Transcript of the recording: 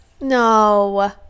No